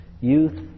youth